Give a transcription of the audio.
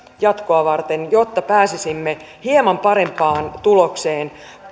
jatkoa varten jotta pääsisimme hieman parempaan tulokseen